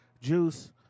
Juice